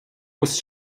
was